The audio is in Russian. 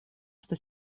что